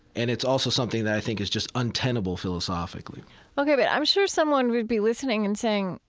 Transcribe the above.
and it's also something that i think is just untenable philosophically ok. but i'm sure someone would be listening and saying,